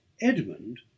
Edmund